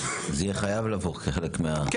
כן.